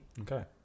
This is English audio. Okay